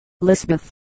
Lisbeth